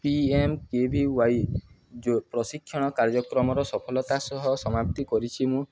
PMKVY ଯେଉଁ ପ୍ରଶିକ୍ଷଣ କାର୍ଯ୍ୟକ୍ରମର ସଫଲତା ସହ ସମାପ୍ତି କରିଛି ମୁଁ